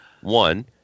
One